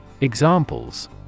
Examples